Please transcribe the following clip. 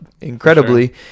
incredibly